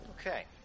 Okay